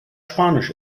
spanisch